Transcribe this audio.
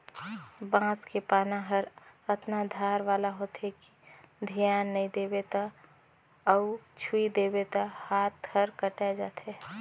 बांस के पाना हर अतना धार वाला होथे कि धियान नई देबे त अउ छूइ देबे त हात हर कटाय जाथे